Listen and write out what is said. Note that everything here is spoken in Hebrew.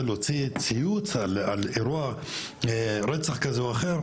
להוציא ציוץ על אירוע רצח כזה או אחר?